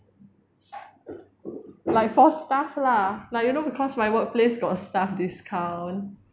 like for staff lah like you know because my workplace got staff discount